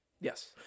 Yes